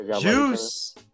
Juice